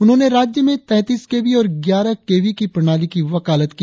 उन्होंने राज्य में तैतीस केवी और ग्यारह केवी की प्रणाली की वकालत की